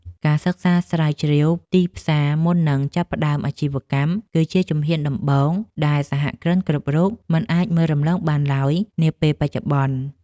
ការសិក្សាស្រាវជ្រាវទីផ្សារមុននឹងចាប់ផ្តើមអាជីវកម្មគឺជាជំហានដំបូងដែលសហគ្រិនគ្រប់រូបមិនអាចមើលរំលងបានឡើយនាពេលបច្ចុប្បន្ន។